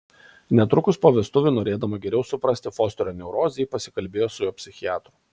netrukus po vestuvių norėdama geriau suprasti fosterio neurozę ji pasikalbėjo su jo psichiatru